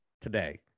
today